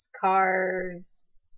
cars